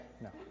No